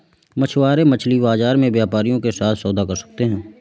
मछुआरे मछली बाजार में व्यापारियों के साथ सौदा कर सकते हैं